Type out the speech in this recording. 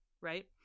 right